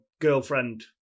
girlfriend